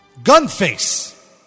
Gunface